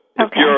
Okay